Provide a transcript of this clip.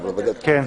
כן.